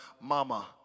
mama